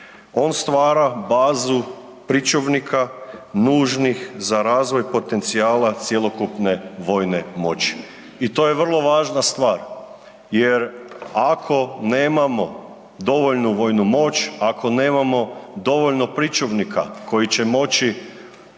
On stvara bazu pričuvnika, nužnih za razvoj potencijala cjelokupne vojne moći. I to je vrlo važna stvar jer ako nemamo dovoljnu vojnu moć, ako nemamo dovoljno pričuvnika koji će moći